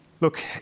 Look